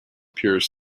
pure